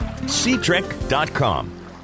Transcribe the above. SeaTrek.com